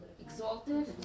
Exalted